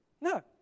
No